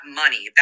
money